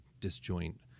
disjoint